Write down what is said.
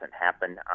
happen